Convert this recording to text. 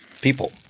people